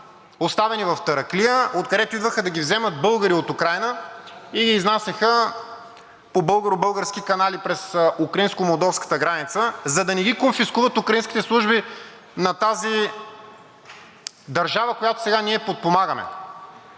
оставени в Тараклия, откъдето идваха да ги вземат българи от Украйна и ги изнасяха по българо-български канали през украинско-молдовската граница, за да не ги конфискуват украинските служби на тази държава, която сега ние подпомагаме.